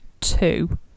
two